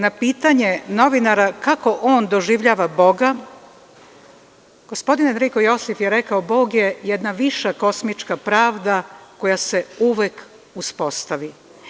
Na pitanje novinara kako on doživljava Boga, gospodin Enriko Josif je rekao – Bog je jedna viša kosmička pravda koja se uvek uspostavi.